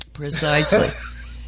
Precisely